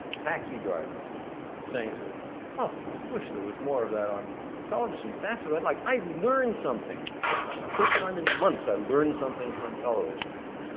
taxi drivers saying to us ah i wish there was more of that on television. that's what i like. i learned something. for the first time in months i learned something from television.